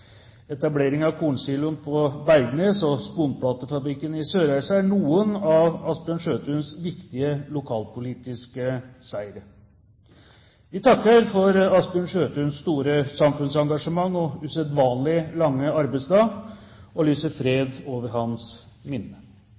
av kornsiloen på Bergnes og sponplatefabrikken i Sørreisa er noen av Asbjørn Sjøthuns viktige lokalpolitiske seire. Vi takker for Asbjørn Sjøthuns store samfunnsengasjement og usedvanlig lange arbeidsdag – og lyser fred over hans minne.